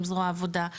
עם זרוע העבודה,